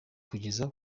kugera